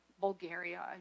bulgaria